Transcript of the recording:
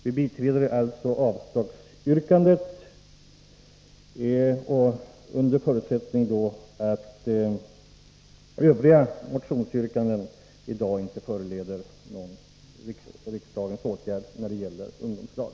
Vi biträder alltså avslagsyrkandet under förutsättning att övriga motionsyrkanden i dag inte föranleder någon riksdagens åtgärd när det gäller ungdomslag.